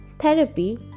Therapy